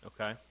Okay